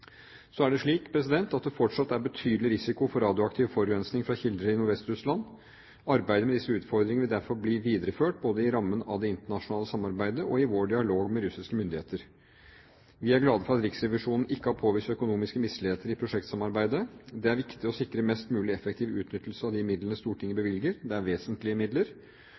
Så er det slik at det fortsatt er betydelig risiko for radioaktiv forurensning fra kilder i Nordvest-Russland. Arbeidet med disse utfordringene vil derfor bli videreført både i rammen av det internasjonale samarbeidet og i vår dialog med russiske myndigheter. Vi er glad for at Riksrevisjonen ikke har påvist økonomiske misligheter i prosjektsamarbeidet. Det er viktig å sikre mest mulig effektiv utnyttelse av de midlene Stortinget bevilger. Det er vesentlige midler,